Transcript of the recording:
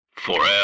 Forever